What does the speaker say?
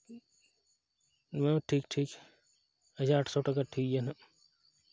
ᱱᱚᱣᱟ ᱦᱚᱸ ᱴᱷᱤᱠ ᱴᱷᱤᱠ ᱟᱪᱪᱷᱟ ᱟᱴᱥᱚ ᱴᱟᱠᱟ ᱴᱷᱤᱠ ᱜᱮᱭᱟ ᱦᱟᱸᱜ